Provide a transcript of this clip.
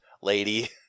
lady